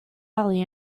alley